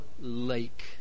lake